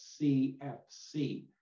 CFC